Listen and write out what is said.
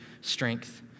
strength